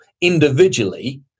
individually